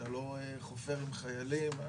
חופר עם חיילים,